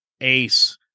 ace